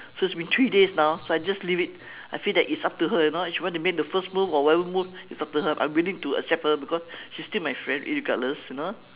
so it's been three days now so I just leave it I feel that it's up to her you know if she want to make the first move or whatever move it's up to her I'm willing to accept her because she is still my friend irregardless you know